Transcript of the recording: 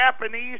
Japanese